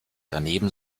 daneben